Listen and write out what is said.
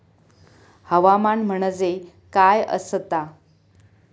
हवामान म्हणजे काय असता?